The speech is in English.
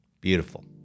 beautiful